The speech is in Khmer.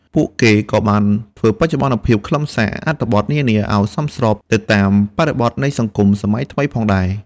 ពួកគេក៏បានធ្វើបច្ចុប្បន្នភាពខ្លឹមសារអត្ថបទនានាឱ្យសមស្របទៅតាមបរិបទនៃសង្គមសម័យថ្មីផងដែរ។